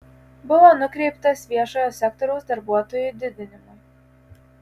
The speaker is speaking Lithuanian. buvo nukreiptas viešojo sektoriaus darbuotojų didinimui